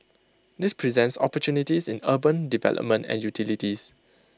this presents opportunities in urban development and utilities